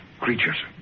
creatures